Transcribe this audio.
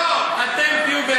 לא נכון,